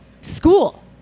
school